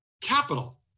capital